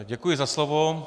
Děkuji za slovo.